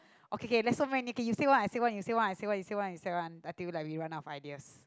okay okay there's so many okay you say one I say one you say one I say one you say one I say one until we like we run out of ideas